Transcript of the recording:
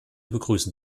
begrüßen